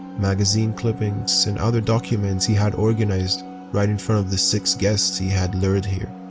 magazine clippings and other documents he had organized right in front of the six guests he had lured here.